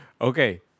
Okay